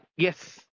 Yes